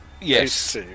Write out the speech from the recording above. yes